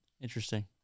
Interesting